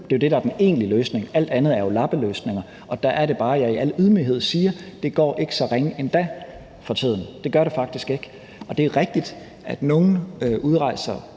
der er den egentlige løsning. Alt andet er jo lappeløsninger. Der er det bare, jeg i al ydmyghed siger, at det ikke går så ringe endda for tiden. Det gør det faktisk ikke. Det er rigtigt, at nogle udrejser